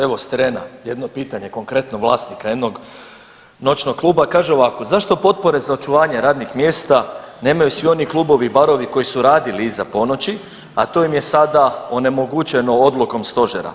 Evo s terena jedno pitanje konkretno vlasnika jednog noćnog kluba kaže ovako zašto potpore za očuvanje radnih mjesta nemaju svi oni koji klubovi i barovi koji su radili iza ponoći, a to im je sada onemogućeno odlukom stožera?